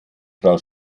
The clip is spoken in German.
frau